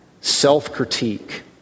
self-critique